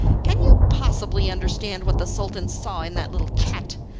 can you possibly understand what the sultan saw in that little cat,